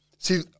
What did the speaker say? See